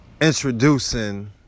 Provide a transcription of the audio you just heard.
introducing